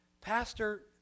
Pastor